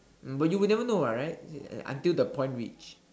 but you would never know what right until the point which